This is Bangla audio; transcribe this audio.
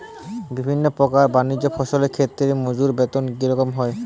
বিভিন্ন প্রকার বানিজ্য ফসলের ক্ষেত্রে মজুর বেতন কী রকম হয়?